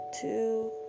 two